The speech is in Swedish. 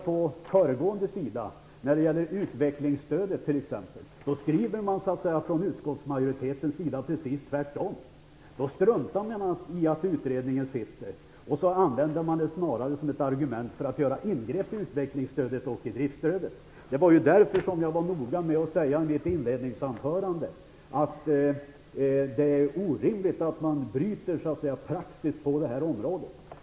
På föregående sida skriver utskottsmajoriteten precis tvärtom när det gäller t.ex. utvecklingsstödet. Då struntar man i att utredningen sitter, och man använder snarare detta faktum som ett argument för att göra ingrepp i utvecklingsstödet och i driftsstödet. Det var ju av den anledningen som jag var noga med att i mitt inledningsanförande säga att det är orimligt att man bryter praxis på det här området.